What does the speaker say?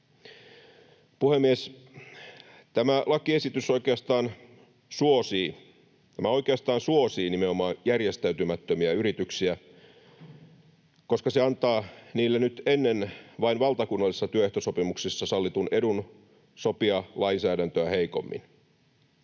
Puhemies! Tämä lakiesitys oikeastaan suosii nimenomaan järjestäytymättömiä yrityksiä, koska se antaa niille nyt ennen vain valtakunnallisissa työehtosopimuksissa sallitun edun sopia lainsäädäntöä heikommin.